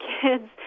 kids